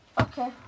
Okay